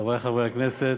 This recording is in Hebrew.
חברי חברי הכנסת,